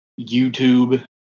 YouTube